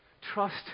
Trust